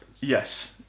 Yes